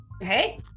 Hey